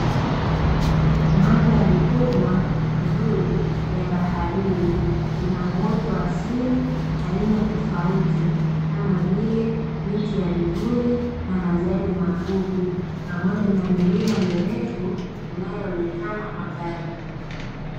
Mandhari kubwa, nzuri ya baharini ina uoto wa asili aina tofauti, kama vile miti ya vivuli na majani mafupi, pamoja na milima mirefu inayoonekana kwa mbali.